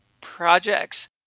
projects